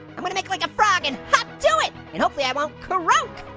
i'm gonna make like a frog and hop to it and hopefully i won't cr-oak.